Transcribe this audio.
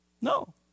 No